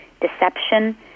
deception